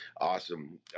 Awesome